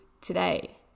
today